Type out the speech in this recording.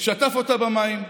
שטף אותה במים.